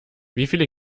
wieviele